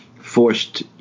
forced